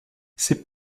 c’est